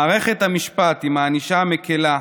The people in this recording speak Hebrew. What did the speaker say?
מערכת המשפט, עם הענישה המקילה,